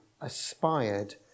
aspired